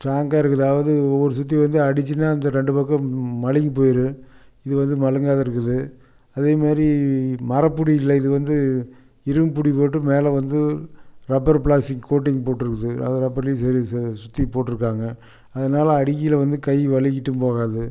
ஸ்ட்ராங்காக இருக்குதா அதாவது ஒவ்வொரு சுத்தி வந்து அடிச்சிதுனா அந்த ரெண்டு பக்கம் மழுங்கி போயிடும் இது வந்து மழுங்காது இருக்குது அதே மாதிரி மரப்பிடி இல்லை இது வந்து இரும்புப்பிடி போட்டு மேலே வந்து ரப்பர் பிளாஸ்டிக் கோட்டிங் போட்டுருக்குது அது ரப்பர்லேயும் சுற்றி போட்டிருக்காங்க அதனால் அடிக்கையில் வந்து கை வழுக்கிட்டும் போகாது